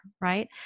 right